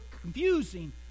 confusing